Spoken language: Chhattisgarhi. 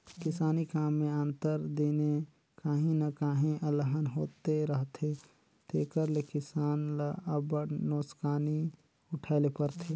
किसानी काम में आंतर दिने काहीं न काहीं अलहन होते रहथे तेकर ले किसान ल अब्बड़ नोसकानी उठाए ले परथे